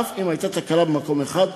אף אם הייתה תקלה במקום אחד,